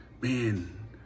man